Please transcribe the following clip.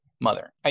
mother